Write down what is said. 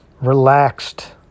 relaxed